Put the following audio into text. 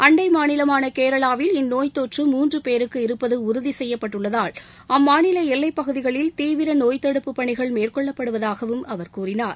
அண்டை மாநிலமான கேரளாவில் இந்நோய் தொற்று மூன்று பேருக்கு இருப்பது உறுதி செய்யப்பட்டுள்ளதால் அம்மாநில எல்லைப் பகுதிகளில் தீவிர நோய் தடுப்பு பணிகள் மேற்கொள்ளப்படுவதாகவும் அவர் கூறினார்